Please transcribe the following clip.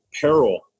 peril